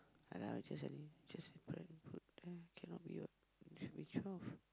ya lah I just any just go and put there cannot be what should be twelve